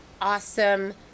awesome